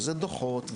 וזה דו"חות,